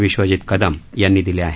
विश्वजीत कदम यांनी दिले आहेत